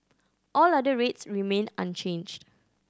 all other rates remain unchanged